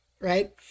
Right